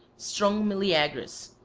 strong meleagrus,